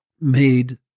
made